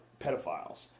pedophiles